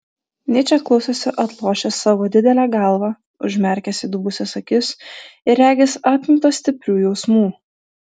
nyčė klausėsi atlošęs savo didelę galvą užmerkęs įdubusias akis ir regis apimtas stiprių jausmų